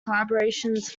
collaborations